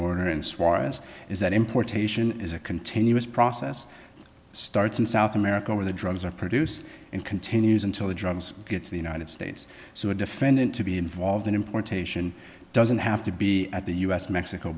order in suarez is that importation is a continuous process starts in south america where the drugs are produced and continues until the drugs get to the united states so a defendant to be involved in importation doesn't have to be at the us mexico